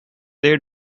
they